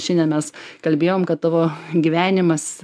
šiandien mes kalbėjom kad tavo gyvenimas